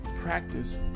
practice